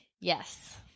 Yes